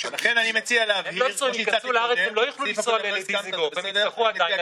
החלשות לא יוכלו להחזיק את הפרויקט ולעמוד